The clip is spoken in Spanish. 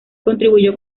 contribuyó